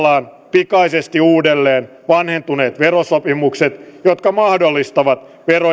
pikaisesti uudelleen vanhentuneet verosopimukset jotka mahdollistavat verojen maksamatta jättämisen irtisanotaan verosopimukset yhteistyöhaluttomien